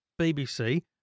BBC